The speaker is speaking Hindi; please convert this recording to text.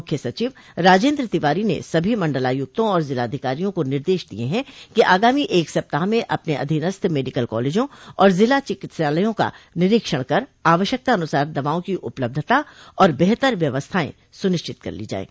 मुख्य सचिव राजेन्द तिवारी ने सभी मंडलायुक्तों और जिलाधिकारियों को निर्देश दिये हैं कि आगामी एक सप्ताह में अपने अधीनस्थ मेडिकल कॉलेजों और जिला चिकित्सालयों का निरीक्षण कर आवश्यकतानुसार दवाओं की उपलब्धता और बेहतर व्यवस्थाएं सुनिश्चित कर ली जायें